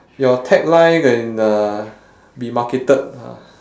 your tagline can uh be marketed